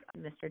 Mr